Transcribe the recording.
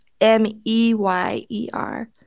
M-E-Y-E-R